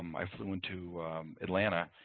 um i flew into atlanta,